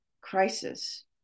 crisis